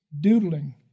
doodling